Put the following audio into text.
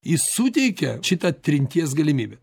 jis suteikia šitą trinties galimybę